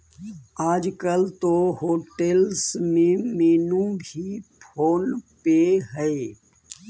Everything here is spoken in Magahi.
आजकल तो होटेल्स में मेनू भी फोन पे हइ